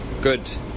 good